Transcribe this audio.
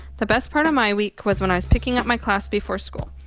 the best part of my week was when i was picking up my class before school.